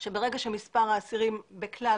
שכשמספר האסירים בכלל